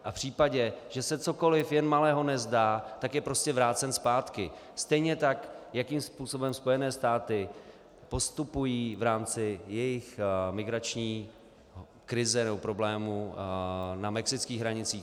A v případě, že se cokoliv jen malého nezdá, tak je prostě vrácen zpátky stejně tak, jakým způsobem Spojené státy postupují v rámci jejich migrační krize nebo problémů na mexických hranicích.